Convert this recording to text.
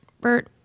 Bert